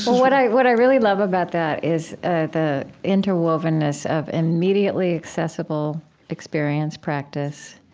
what i what i really love about that is ah the interwovenness of immediately accessible experience practice,